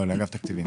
לא, לאגף תקציבים.